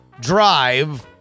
drive